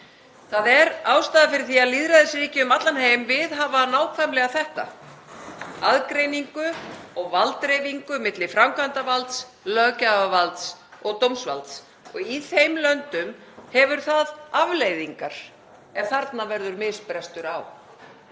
Það er ástæðan fyrir því að lýðræðisríki um allan heim viðhafa nákvæmlega þetta, aðgreiningu og valddreifingu milli framkvæmdarvalds, löggjafarvalds og dómsvalds. Í þeim löndum hefur það afleiðingar ef þarna verður misbrestur á.